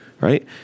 right